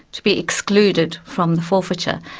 to be excluded from the forfeiture.